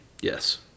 Yes